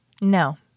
no